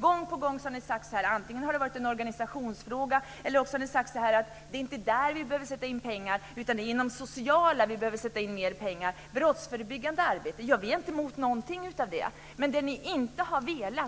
Gång på gång har ni sagt att det antingen varit en organisationsfråga eller att pengarna inte behöver sättas in inom polisen utan inom det sociala, för brottsförebyggande arbete osv. Vi är inte emot något av det. Men ni